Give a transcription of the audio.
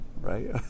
right